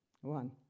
One